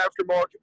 aftermarket